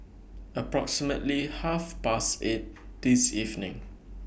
approximately Half Past eight This evening